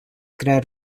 crear